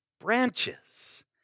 branches